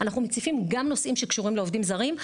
אנחנו מציפים גם זכויות שקשורות לעובדים זרים,